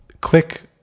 click